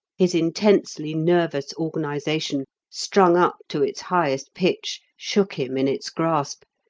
his intensely nervous organization, strung up to its highest pitch, shook him in its grasp,